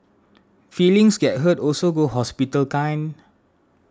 feelings get hurt also go hospital kind